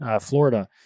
Florida